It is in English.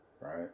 right